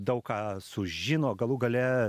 daug ką sužino galų gale